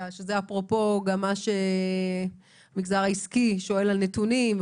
שזה אפרופו גם מה שהמגזר העסקי שואל על נתונים.